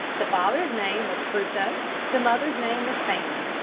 the father's name was crusoe the mother's name was fan.